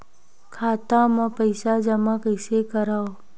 खाता म पईसा जमा कइसे करव?